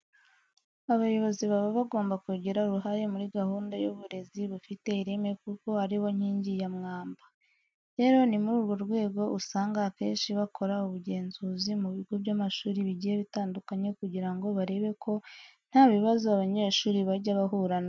Abayobozi baba bagomba kugira uruhare muri gahunda y'uburezi bufite ireme kuko ari bo nkingi ya mwamba. Rero ni muri urwo rwego usanga akenshi bakora ubugenzuzi mu bigo by'amashuri bigiye bitandukanye kugira ngo barebe ko nta bibazo abanyeshuri bajya bahura na byo.